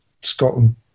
Scotland